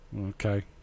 Okay